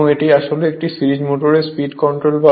এটিকে আসলে সিরিজ মোটরের স্পীড কন্ট্রোল বলে